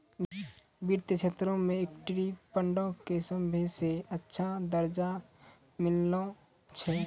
वित्तीय क्षेत्रो मे इक्विटी फंडो के सभ्भे से अच्छा दरजा मिललो छै